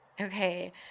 Okay